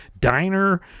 Diner